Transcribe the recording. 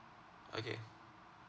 okay